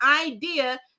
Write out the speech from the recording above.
idea